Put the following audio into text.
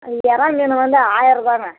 இறா மீன் வந்து ஆயிரருபாங்க